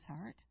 heart